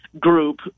group